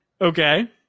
Okay